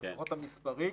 לפחות המספרי,